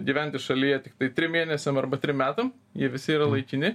gyventi šalyje tiktai trim mėnesiam arba trim metam jie visi yra laikini